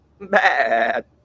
Bad